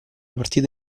partita